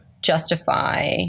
justify